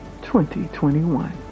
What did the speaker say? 2021